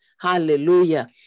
Hallelujah